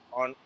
on